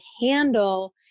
handle